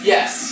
Yes